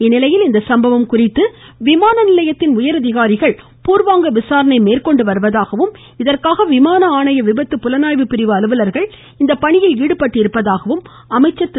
இந்நிலையில் இச்சம்பவம் குறித்து விமான நிலையத்தின் உயர் அதிகாரிகள் பூர்வாங்க விசாரணை மேற்கொண்டு வருவதாகவும் இதற்காக விமான ஆணைய விபத்து புலனாய்வு பிரிவு அலுவலர்கள் இப்பணியில் ஈடுபட்டிருப்பதாகவும் அமைச்சர் திரு